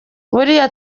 buriya